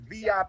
VIP